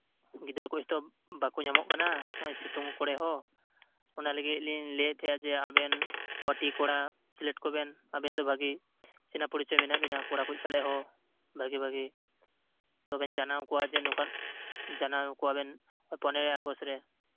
ᱜᱤᱫᱽᱨᱟᱹ ᱠᱚᱡ ᱛᱚ ᱵᱟᱠᱚ ᱧᱟᱢᱚᱜ ᱠᱟᱱᱟ ᱱᱚᱜᱼᱚᱭ ᱥᱤᱛᱩᱝ ᱠᱚᱨᱮ ᱦᱚᱸ ᱚᱱᱟ ᱞᱟᱹᱜᱤᱫ ᱞᱤᱧ ᱞᱟᱹᱭ ᱮᱫ ᱛᱟᱸᱦᱮᱱ ᱡᱮ ᱟᱵᱮᱱ ᱠᱚᱴᱤ ᱠᱚᱲᱟ ᱥᱤᱞᱮᱠᱴ ᱠᱚᱵᱮᱱ ᱟᱵᱮᱱ ᱫᱚ ᱵᱷᱟᱜᱤ ᱪᱮᱱᱟᱯᱚᱨᱤᱪᱚᱭ ᱢᱮᱱᱟᱜ ᱵᱮᱱᱟ ᱠᱚᱲᱟ ᱠᱚ ᱥᱟᱞᱟᱜ ᱦᱚᱸ ᱵᱷᱟᱜᱤ ᱵᱷᱟᱜᱤ ᱛᱳ ᱵᱮᱱ ᱡᱟᱱᱟᱣ ᱠᱚᱣᱟᱵᱮᱱ ᱱᱚᱝᱠᱟᱱ ᱡᱟᱱᱟᱣ ᱠᱚᱣᱟᱵᱮᱱ ᱯᱚᱨᱮᱨᱚᱭ ᱟᱜᱚᱥᱴ ᱨᱮ